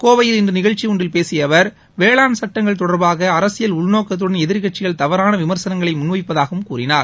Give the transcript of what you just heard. கோவையில் இன்று நிகழ்ச்சி ஒன்றில் பேசிய அவர் வேளாண் சட்டங்கள் தொடர்பாக அரசியல் உள்நோக்கத்துடன் எதிர்கட்சிகள் தவறான விமர்சனங்களை முன்வைப்பதாகவும் கூறினார்